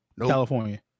california